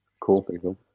cool